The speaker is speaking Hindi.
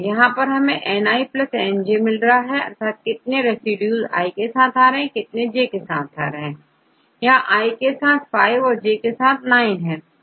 यहां हमनेNiNj है अर्थात कितने रेसिड्यूज i के साथ और कितनेj के साथ है यहां i के साथ5 औरj के साथ9 हैं